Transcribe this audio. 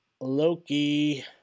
Loki